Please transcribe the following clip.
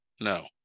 no